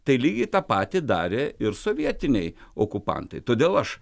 tai lygiai tą patį darė ir sovietiniai okupantai todėl aš